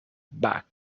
back